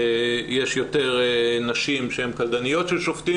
יש יותר נשים שהן קלדניות של שופטים